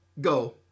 go